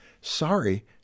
sorry